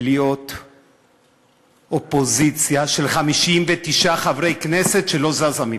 להיות אופוזיציה של 59 חברי כנסת שלא זזה מפה.